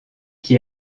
qui